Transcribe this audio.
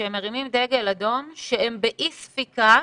שמרימים דגל אדום שהם באי ספיקה,